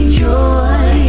joy